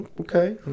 okay